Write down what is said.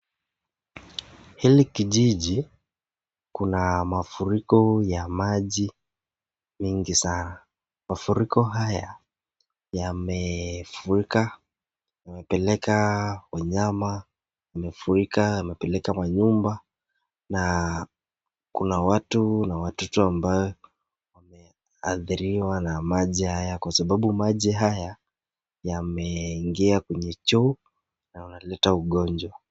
Hili kijiji kuna mafuriko ya maji mingi sana .Mafuriko haya yamefurika yamepeleka wanyama yamefunika manyumba na kuna watu na watoto ambayo wameadhiriwa na maji haya kwa sababu maji haya yameingia kwenye choo na yanaleta ugonjwa.